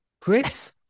Chris